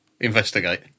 Investigate